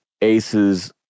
Ace's